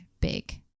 big